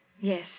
Yes